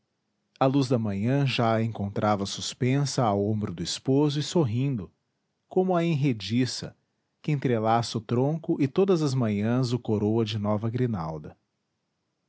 a luz da manhã já a encontrava suspensa ao ombro do esposo e sorrindo como a enrediça que entrelaça o tronco e todas as manhãs o coroa de nova grinalda